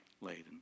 laden